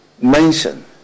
mention